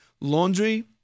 laundry